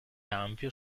ampio